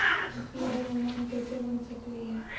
UPI online कैसे बना सकली हे?